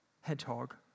hedgehog